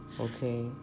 okay